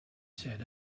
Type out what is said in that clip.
said